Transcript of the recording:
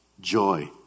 joy